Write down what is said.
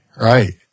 right